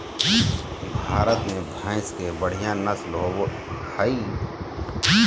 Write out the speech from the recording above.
भारत में भैंस के बढ़िया नस्ल होबो हइ